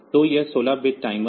तो यह 16 bit timer